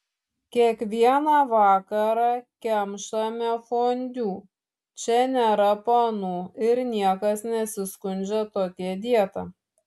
kiekvieną vakarą kemšame fondiu čia nėra panų ir niekas nesiskundžia tokia dieta